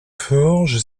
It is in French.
forges